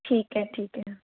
ठीक है ठीक है ना